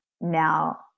now